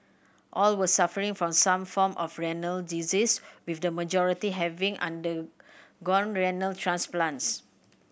all were suffering from some form of renal disease with the majority having undergone renal transplants